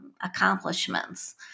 accomplishments